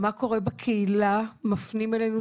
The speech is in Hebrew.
שמעתי כעת גם את זעקת ההורים, ואפשר להבין את זה.